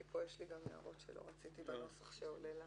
כי פה יש לי גם הערות שלא רציתי בנוסח שעולה לאתר.